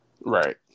right